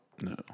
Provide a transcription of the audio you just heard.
No